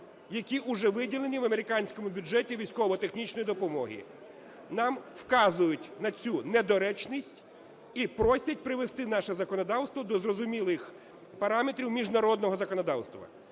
які уже виділені в американському бюджеті, військово-технічної допомоги. Нам вказують на цю недоречність і просять привести наше законодавство до зрозумілих параметрів міжнародного законодавства.